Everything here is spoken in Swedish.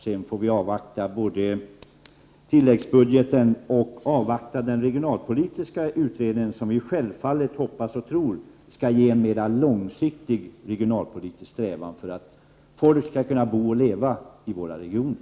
Vi får sedan avvakta tilläggsbudgeten och den regionalpolitiska utredningen, som vi självfallet hoppas och tror skall leda till en mer långsiktig regionalpolitisk strävan efter att folk skall kunna bo och leva i våra regioner.